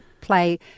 play